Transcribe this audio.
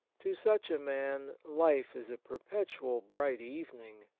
to such a man life is a perpetual bright evening,